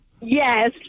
Yes